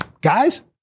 Guys